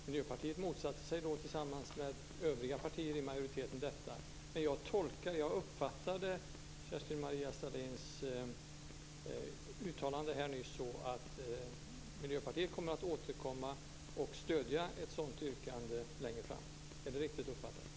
Miljöpartiet motsatte sig detta tillsammans med övriga partier i majoriteten. Men jag uppfattade Kerstin-Maria Stalins uttalande här nyss så att Miljöpartiet kommer att återkomma och stödja ett sådant yrkande längre fram. Är det riktigt uppfattat?